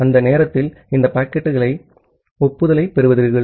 ஆகவே அந்த நேரத்தில் இந்த பாக்கெட்டுக்கான ஒப்புதலைப் பெறுவீர்கள்